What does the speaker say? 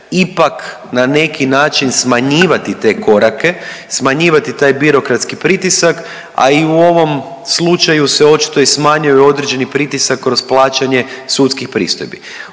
ipak na neki način smanjivati te korake, smanjivati taj birokratski pritisak, a i u ovom slučaju se očito i smanjuje određeni pritisak kroz plaćanje sudskih pristojbi.